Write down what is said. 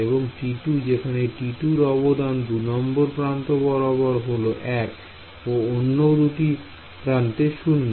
এবং T2 যেখানে T2 র অবদান দুনম্বর প্রান্ত বরাবর হল 1 ও অন্য দুটি প্রান্তে 0